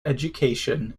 education